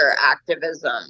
activism